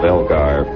Elgar